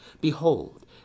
Behold